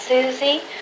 Susie